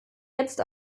jetzt